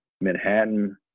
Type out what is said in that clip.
Manhattan